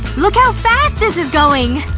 look how fast this is going!